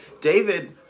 David